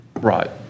Right